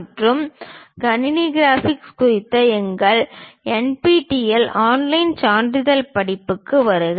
பொறியியல் வரைதல் மற்றும் கணினி கிராபிக்ஸ் குறித்த எங்கள் NPTEL ஆன்லைன் சான்றிதழ் படிப்புகளுக்கு வருக